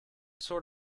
sort